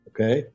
Okay